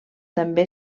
també